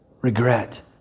regret